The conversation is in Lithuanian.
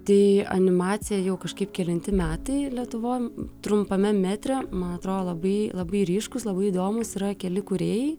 tai animacija jau kažkaip kelinti metai lietuvoj trumpame metre man atrodo labai labai ryškūs labai įdomūs yra keli kūrėjai